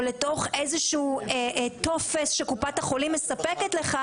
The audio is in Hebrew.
או לתוך איזשהו טופס שקופת החולים מספקת לך